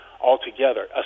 altogether